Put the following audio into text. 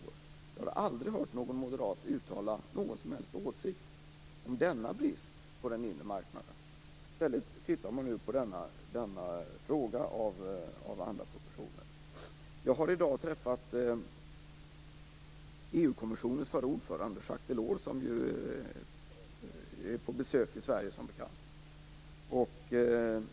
Men jag har aldrig hört någon moderat uttala någon som helst åsikt om denna brist på den inre marknaden. I stället tar man upp denna fråga som är av helt andra proportioner. Jag har i dag träffat EU-kommissionens förre ordförande Jaques Delors, som är på besök i Sverige.